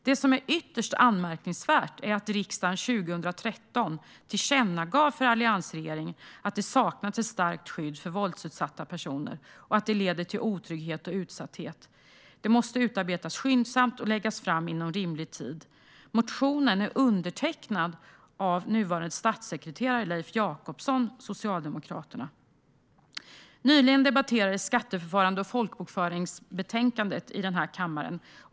Det som är ytterst anmärkningsvärt är att riksdagen 2013 tillkännagav för alliansregeringen att det saknas ett starkt skydd för våldsutsatta personer och att det leder till otrygghet och utsatthet. Det måste utarbetas skyndsamt och läggas fram inom rimlig tid. Motionen är undertecknad av nuvarande statssekreterare Leif Jakobsson, Socialdemokraterna. Nyligen debatterades skatteförfarande och folkbokföringsbetänkandet i denna kammare.